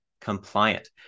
compliant